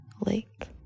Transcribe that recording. Lake